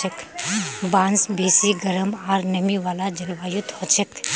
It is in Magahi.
बांस बेसी गरम आर नमी वाला जलवायुत हछेक